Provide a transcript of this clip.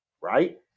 right